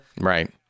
right